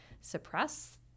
suppress